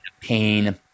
pain